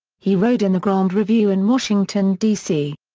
he rode in the grand review in washington, d c.